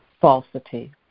falsity